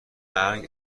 مرگ